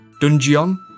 Dungeon